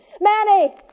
Manny